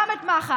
גם את מח"ש.